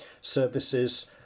services